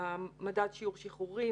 מדד שיעור שחרורים,